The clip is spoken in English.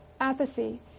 apathy